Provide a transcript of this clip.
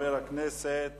חבר הכנסת